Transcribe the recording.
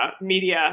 media